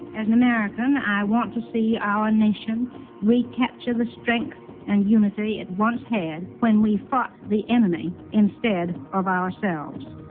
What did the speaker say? as an american, i want to see our nation recapture the strength and unity it once had when we fought the enemy instead of ourselves